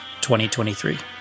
2023